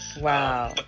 wow